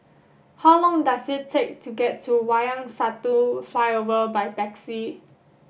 how long does it take to get to Wayang Satu Flyover by taxi